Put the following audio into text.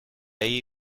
ahí